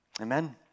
Amen